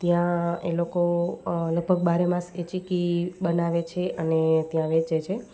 ત્યાં એ લોકો લગભગ બારે માસ એ ચીક્કી બનાવે છે અને ત્યાં વેચે છે